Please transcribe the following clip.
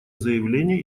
заявление